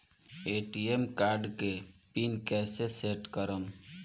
ATM card के PIN कैसे set करम?